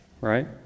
right